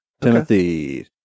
Timothy